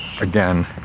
again